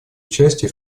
участие